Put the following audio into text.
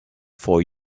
for